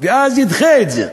ואז ידחה את זה,